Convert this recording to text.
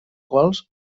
quals